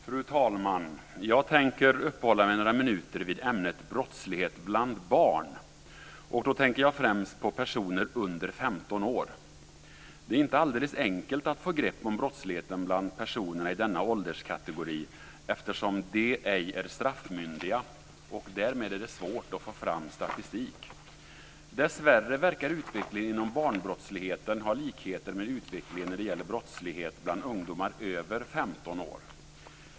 Fru talman! Jag tänker uppehålla mig några minuter vid ämnet brottslighet bland barn. Då tänker jag främst på personer under 15 år. Det är inte alldeles enkelt att få grepp om brottsligheten bland personer i denna ålderskategori eftersom de ej är straffmyndiga och det därmed är svårt att få fram statistik. Dessvärre verkar utvecklingen inom barnbrottsligheten ha likheter med utvecklingen när det gäller brottslighet bland ungdomar över 15 år.